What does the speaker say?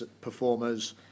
performers